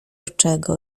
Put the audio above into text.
niczego